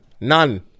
None